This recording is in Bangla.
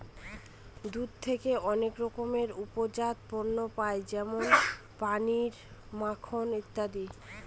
দুধ থেকে অনেক রকমের উপজাত পণ্য পায় যেমন পনির, মাখন ইত্যাদি